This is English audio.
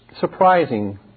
surprising